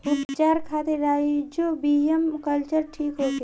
उपचार खातिर rhizobium culture ठीक होखे?